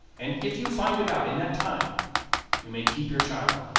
and if you find it out in that time you may keep your child.